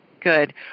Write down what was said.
Good